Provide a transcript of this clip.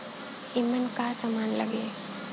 ईमन का का समान लगी?